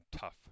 tough